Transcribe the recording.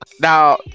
now